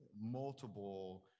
multiple